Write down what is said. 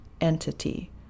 entity